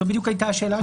זו בדיוק הייתה השאלה שלי,